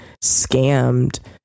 scammed